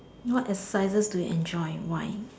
what exercises do you enjoy why